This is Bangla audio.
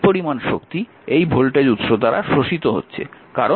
এই পরিমান শক্তি এই ভোল্টেজ উৎস দ্বারা শোষিত হচ্ছে